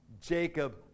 Jacob